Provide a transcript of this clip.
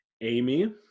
Amy